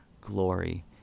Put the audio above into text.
glory